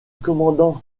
commandant